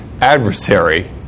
adversary